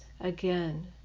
again